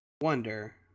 wonder